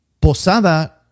posada